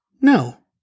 No